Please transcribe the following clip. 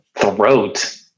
throat